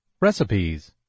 Recipes